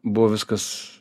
buvo viskas